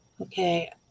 okay